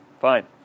fine